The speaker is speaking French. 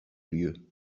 lieu